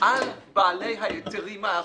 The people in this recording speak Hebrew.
על בעלי ההיתרים האחרים.